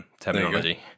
terminology